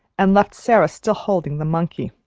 and left sara still holding the monkey.